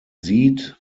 sieht